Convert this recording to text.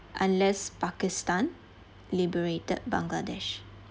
unless pakistan liberated bangladesh